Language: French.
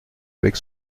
avec